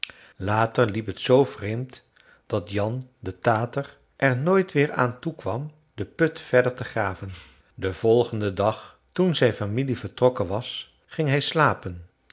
later liep het zoo vreemd dat jan de tater er nooit weer aan toe kwam den put verder te graven den volgenden dag toen zijn familie vertrokken was ging hij slapen